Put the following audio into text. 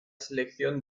selección